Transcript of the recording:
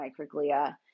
microglia